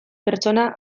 pertsona